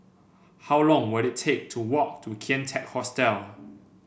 how long will it take to walk to Kian Teck Hostel